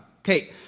Okay